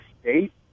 state